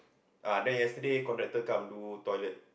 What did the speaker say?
ah then yesterday contractor come do toilet